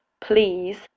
Please